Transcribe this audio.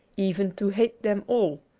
even to hate them all.